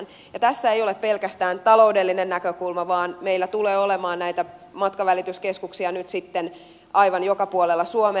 ja tässä ei ole pelkästään taloudellinen näkökulma vaan meillä tulee olemaan näitä matkavälityskeskuksia nyt sitten aivan joka puolella suomea